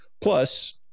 plus